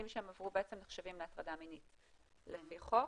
שהן עברו בעצם נחשבים להטרדה מינית לפי חוק.